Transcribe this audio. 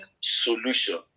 solution